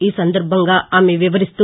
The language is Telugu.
ఈ సందర్భంగా ఆమె వివరిస్తూ